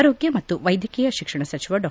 ಆರೋಗ್ಕ ಮತ್ತು ವೈದ್ಯಕೀಯ ಶಿಕ್ಷಣ ಸಚಿವ ಡಾ